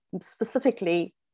specifically